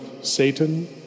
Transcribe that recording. Satan